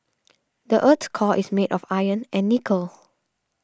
the earth's core is made of iron and nickel